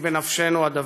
כי בנפשנו הדבר.